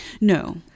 no